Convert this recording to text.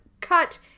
cut